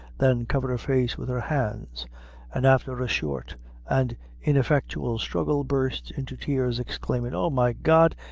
then covered her face with her hands and after a short and ineffectual struggle, burst into tears, exclaiming oh, my god,